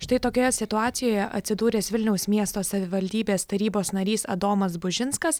štai tokioje situacijoje atsidūręs vilniaus miesto savivaldybės tarybos narys adomas bužinskas